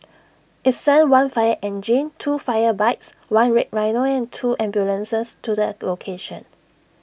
IT sent one fire engine two fire bikes one red rhino and two ambulances to the location